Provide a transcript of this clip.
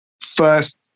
first